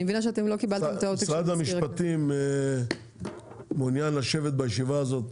משרד המשפטים מעוניין לשבת בישיבה הזאת,